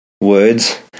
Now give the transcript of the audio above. words